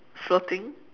floating